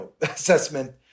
assessment